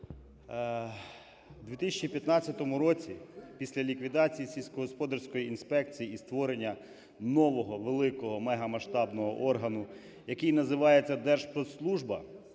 В 2015 році після ліквідації сільськогосподарської інспекції і створення нового, великого, мегамасштабного органу, який називається Держспецслужба,